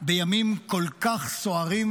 בימים כל כך סוערים,